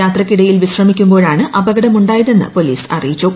യാത്രയ്ക്കിടയിൽ വിശ്രമിക്കുമ്പോഴാണ് അപകടം ഉണ്ടായതെന്ന് പോലീസ് അറിയിച്ചു